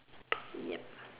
ya